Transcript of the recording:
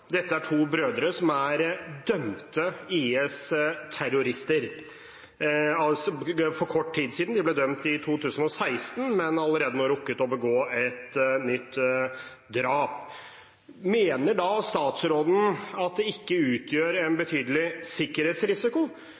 Dette er to brødre som er dømte IS-terrorister, for kort tid siden, de ble dømt i 2016, men har allerede nå rukket å begå et nytt drap. Mener statsråden at det ikke utgjør en betydelig sikkerhetsrisiko